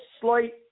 slight